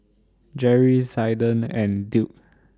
Jerry Zaiden and Duke